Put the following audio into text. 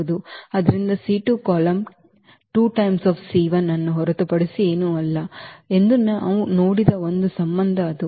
ಆದ್ದರಿಂದ C2 column 2 ಎರಡು ಬಾರಿ C1 ಅನ್ನು ಹೊರತುಪಡಿಸಿ ಏನೂ ಅಲ್ಲ ಎಂದು ನಾವು ನೋಡಿದ ಒಂದು ಸಂಬಂಧ ಅದು